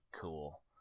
cool